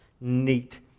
neat